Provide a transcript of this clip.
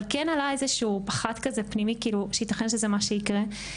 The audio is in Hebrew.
אבל כן עלה איזשהו פחד פנימי שייתכן שזה מה שיקרה.